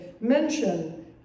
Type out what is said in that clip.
mention